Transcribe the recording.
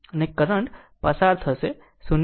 અને કરંટ પસાર થશે 0